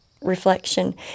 reflection